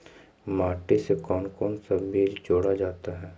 माटी से कौन कौन सा बीज जोड़ा जाता है?